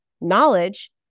knowledge